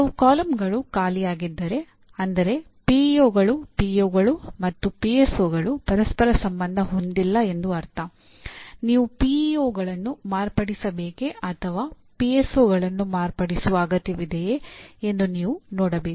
ಕೆಲವು ಕಾಲಮ್ಗಳು ಖಾಲಿಯಾಗಿದ್ದರೆ ಅಂದರೆ ಪಿಇಒಗಳು ಮಾರ್ಪಡಿಸುವ ಅಗತ್ಯವಿದೆಯೇ ಎಂದು ನೀವು ನೋಡಬೇಕು